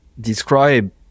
describe